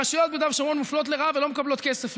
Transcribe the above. הרשויות ביהודה ושומרון מופלות לרעה ולא מקבלות כסף.